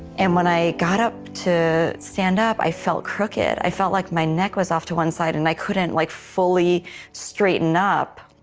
and when i got up to stand up, i felt crooked. i felt like my neck was off to one side and i couldn't, like, fully straighten up.